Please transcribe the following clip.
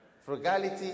Frugality